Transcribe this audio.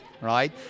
Right